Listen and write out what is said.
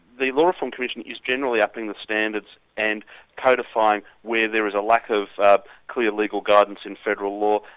the law reform commission is generally upping the standards and codifying where there is a lack of ah clear legal guidance in federal law,